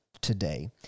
today